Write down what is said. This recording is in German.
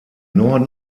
norden